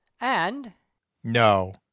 and-no